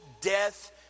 death